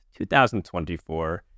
2024